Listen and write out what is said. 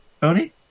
Tony